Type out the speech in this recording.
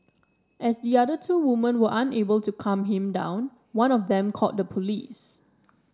as the other two women were unable to calm him down one of them called the police